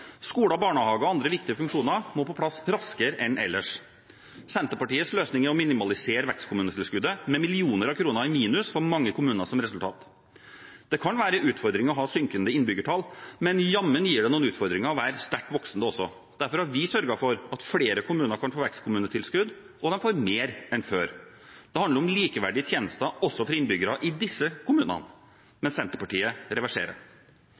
Skoler, barnehager og andre viktige funksjoner må på plass raskere enn ellers. Senterpartiets løsning er å minimalisere vekstkommunetilskuddet, med millioner av kroner i minus for mange kommuner som resultat. Det kan være en utfordring å ha synkende innbyggertall, men jammen gir det noen utfordringer å være sterkt voksende også. Derfor har vi sørget for at flere kommuner kan få vekstkommunetilskudd, og de får mer enn før. Det handler om likeverdige tjenester også for innbyggere i disse kommunene. Men Senterpartiet reverserer.